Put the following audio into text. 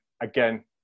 again